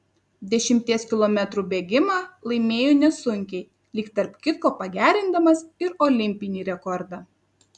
dešimties kilometrų bėgimą laimėjo nesunkiai lyg tarp kitko pagerindamas ir olimpinį rekordą